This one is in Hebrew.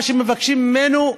מה שמבקשים ממנו,